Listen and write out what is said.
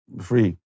free